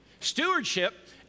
Stewardship